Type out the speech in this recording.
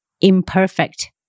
imperfect